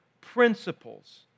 principles